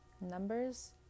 Numbers